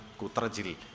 Kutrajil